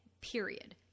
Period